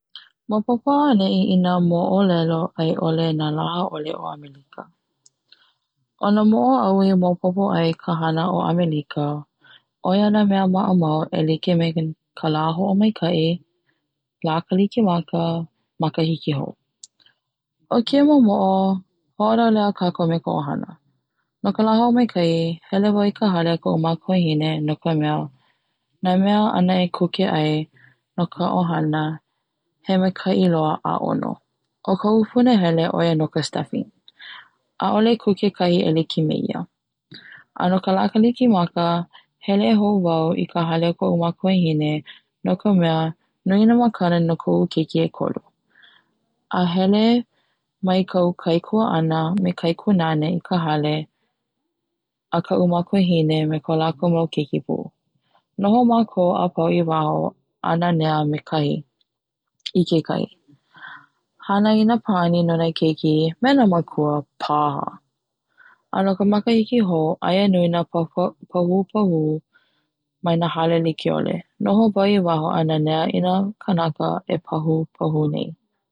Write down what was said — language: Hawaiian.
Maopopo auʻaneʻi i nā moʻolelo aiʻole na lahaʻole o Amelika? ʻO na moʻo aʻu i maopopo ai ka hana o amelika ʻoe na mea maʻamau e like me ka lā hoʻomaikaʻi, kalikimaka, mahakihi hou. o keia mau moʻo hoʻolauleʻa kakou me ka ʻohana, no ka la hoʻomaikaʻi hele wau i ka hale a kaʻu makuahine, no ka mea o na mea ana e kuke ai no ka ʻohana he maikaʻi loa a ʻano, o kaʻu punahele ʻoia no ka stuffing, ʻaʻole kuke kahi e like meia. a no ka la kalikimaka hele hou wau i ka hale a koʻu makuahine no ka mea, nui na makana no koʻu keiki ʻekolu, a hele mai kaʻu kaikuaʻana me kaʻu kaikinane i ka hale a kaʻu makuahine me ka lakou mau keiki pū, noho makou apau i waho a nanea me kekahi, hana i na paʻani nona keiki me na makua. A no ka makahiki hou, aia nui na pahupahu mai na hale likeʻole, noho wau i waho a nanea i na kanaka e pahupahu nei.